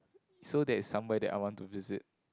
so that's somewhere that I want to visit